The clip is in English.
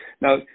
Now